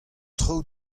traoù